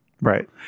right